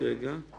או תאגיד שבשליטתה